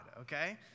okay